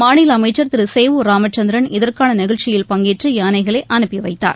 மாநில அமைச்சர் திரு சேவூர் ராமச்சந்திரன் இதற்கான நிகழ்ச்சியில் பங்கேற்று யானைகளை அனுப்பி வைத்தார்